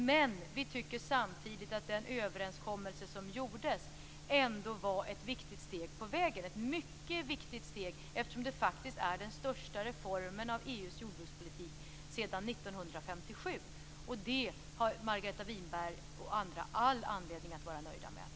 Men vi tycker samtidigt att den överenskommelse som gjordes ändå var ett mycket viktigt steg på vägen, eftersom det faktiskt är den största reformen av EU:s jordbrukspolitik sedan 1957. Det har Margareta Winberg och andra all anledning att vara nöjda med.